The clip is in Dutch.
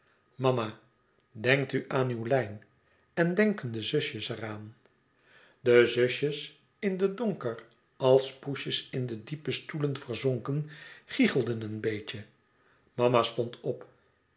mama denkt u aan uw lijn en denken de zusjes er aan de zusjes in den donker als poesjes in de diepe stoelen verzonken gichelden een beetje mama stond op